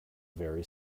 very